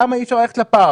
למה אי אפשר ללכת לפארק.